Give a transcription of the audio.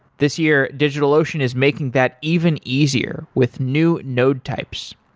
this year, digitalocean is making that even easier with new node types.